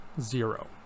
zero